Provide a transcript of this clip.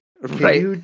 Right